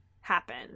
happen